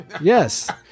Yes